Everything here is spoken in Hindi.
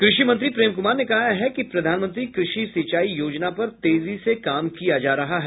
कृषि मंत्री प्रेम कुमार ने कहा है कि प्रधानमंत्री कृषि सिंचाई योजना पर तेजी से काम किया जा रहा है